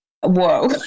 Whoa